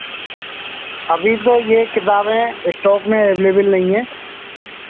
अभी तो यह किताबें स्टॉक में अवेलेबल नहीं हैं